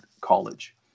college